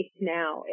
now